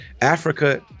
Africa